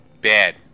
bad